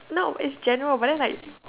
no it's general but then like